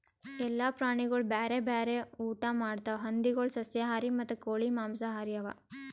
ಎಲ್ಲ ಪ್ರಾಣಿಗೊಳ್ ಬ್ಯಾರೆ ಬ್ಯಾರೆ ಊಟಾ ಮಾಡ್ತಾವ್ ಹಂದಿಗೊಳ್ ಸಸ್ಯಾಹಾರಿ ಮತ್ತ ಕೋಳಿ ಮಾಂಸಹಾರಿ ಅವಾ